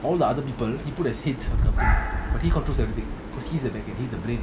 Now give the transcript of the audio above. all the other people he put heads for company but he controls everything because he's the backman he's the blame